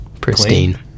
Pristine